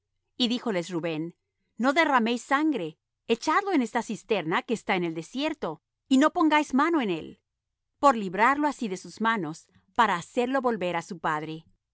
y díjoles rubén no derraméis sangre echadlo en esta cisterna que está en el desierto y no pongáis mano en él por librarlo así de sus manos para hacerlo volver á su padre